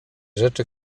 rzeczy